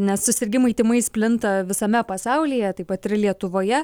nes susirgimai tymais plinta visame pasaulyje taip pat ir lietuvoje